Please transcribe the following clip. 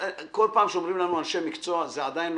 כל פעם שאומרים לנו אנשי מקצוע זה עדיין לא